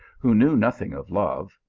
who knew nothing of love,